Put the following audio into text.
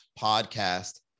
podcast